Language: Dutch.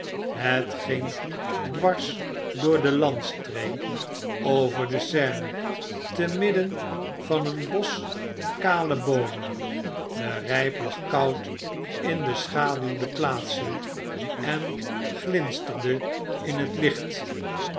het ging dwars door de landstreek over de seine te midden van een bosch kale boomen de rflp lag koud in beschaduwde plaatsen en gjinsterde in het licht